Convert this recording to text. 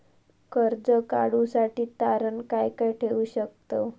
कर्ज काढूसाठी तारण काय काय ठेवू शकतव?